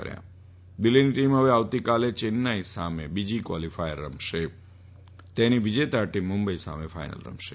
ફવે દિલ્ફીની ટીમ આવતીકાલે ચેન્નાઈ સામે બીજી ક્વોલીફાયર મેય રમશે તેની વિજેતા ટીમ મુંબઈ સામે ફાઈનલ રમશે